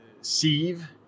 sieve